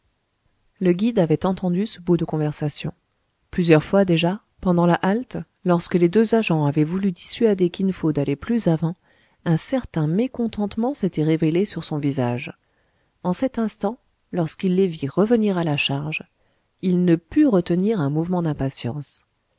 le guide avait entendu ce bout de conversation plusieurs fois déjà pendant la halte lorsque les deux agents avaient voulu dissuader kin fo d'aller plus avant un certain mécontentement s'était révélé sur son visage en cet instant lorsqu'il les vit revenir à la charge il ne put retenir un mouvement d'impatience